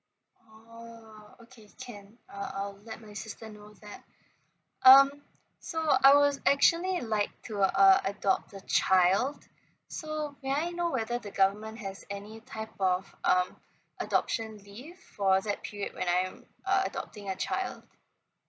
oh okay can uh I'll let my sister knows that um so I was actually like to uh adopt a child so may I know whether the government has any type of um adoption leave for that period when I'm uh adopting the child